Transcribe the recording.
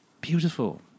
Beautiful